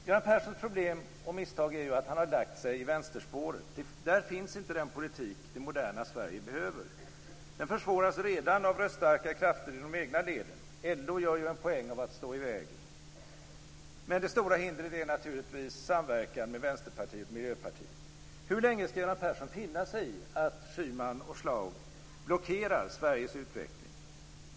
Göran Perssons problem och misstag är att han har lagt sig i vänsterspåret. Där finns inte den politik det moderna Sverige behöver. Den försvåras redan av röststarka krafter i de egna leden. LO gör ju en poäng av att stå i vägen. Men det stora hindret är naturligtvis samverkan med Vänsterpartiet och Miljöpartiet. Hur länge skall Göran Persson finna sig i att Schyman och Schlaug blockerar Sveriges utveckling?